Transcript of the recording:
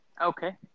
Okay